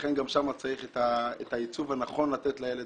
לכן גם שם צריך את העיצוב הנכון לתת לילד,